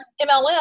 MLM